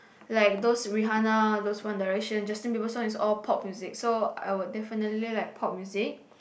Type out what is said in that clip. like Rihanna those One-Direction Justin-Bieber song is all pop music so I would definitely like pop music